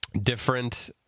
different